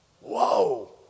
Whoa